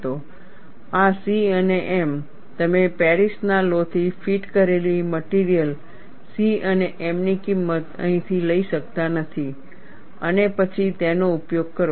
આ C અને m તમે પેરિસના લૉ થી ફીટ કરેલી મટિરિયલ C અને m ની કિંમત અહીંથી લઈ શકતા નથી અને પછી તેનો ઉપયોગ કરો